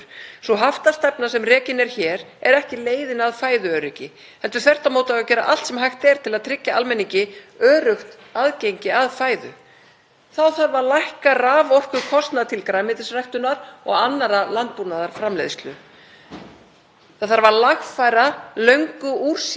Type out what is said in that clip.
Þá þarf að lækka raforkukostnað til grænmetisræktunar og annarrar landbúnaðarframleiðslu. Það þarf að lagfæra löngu úr sér gengið landbúnaðarkerfi í þágu bænda og í þágu neytenda og einfaldlega gera allt til að auka fæðuöryggi landsmanna.